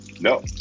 no